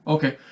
Okay